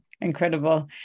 Incredible